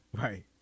Right